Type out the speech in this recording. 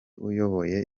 uyoboye